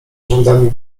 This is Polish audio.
rzędami